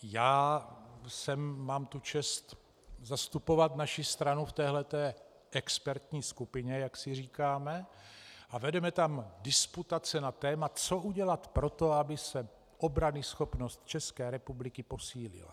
Já mám tu čest zastupovat naši stranu v téhle té expertní skupině, jak si říkáme, a vedeme tam disputace na téma, co udělat pro to, aby se obranyschopnost České republiky posílila.